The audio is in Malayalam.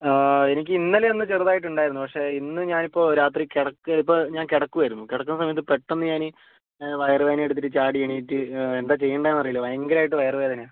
ആ എനിക്ക് ഇന്നലയൊന്ന് ചെറുതായിട്ട് ഉണ്ടായിരുന്നു പക്ഷേ ഇന്ന് ഞാനിപ്പോൾ രാത്രി കെട ഇപ്പോൾ ഞാൻ കിടക്കുവായിരുന്നു കിടക്കുന്ന സമയത്ത് പെട്ടെന്ന് ഞാനീ വയർ വേദന എടുത്തിട്ട് ചാടി എണീറ്റ് എന്താണ് ചെയ്യേണ്ടതെന്ന് അറിയില്ല ഭയങ്കരമായിട്ട് വയർ വേദനയാണ്